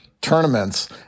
tournaments